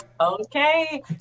okay